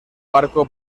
barco